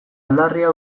aldarria